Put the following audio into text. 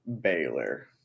Baylor